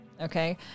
okay